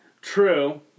True